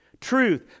Truth